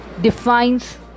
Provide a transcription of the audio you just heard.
defines